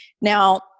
Now